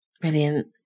Brilliant